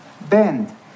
Bend